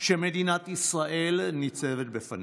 שמדינת ישראל ניצבת בפניה.